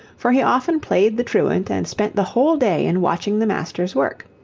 for he often played the truant and spent the whole day in watching the masters work.